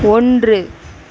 ஒன்று